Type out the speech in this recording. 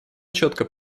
четко